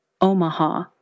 Omaha